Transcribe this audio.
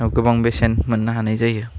गोबां बेसेन मोन्नो हानाय जायो